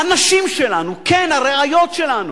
שהנשים שלנו, כן, הרעיות שלנו,